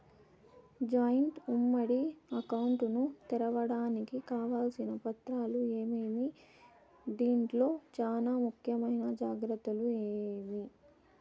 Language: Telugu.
జాయింట్ ఉమ్మడి అకౌంట్ ను తెరవడానికి కావాల్సిన పత్రాలు ఏమేమి? దీంట్లో చానా ముఖ్యమైన జాగ్రత్తలు ఏమి?